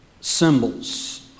symbols